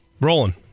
Rolling